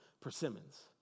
persimmons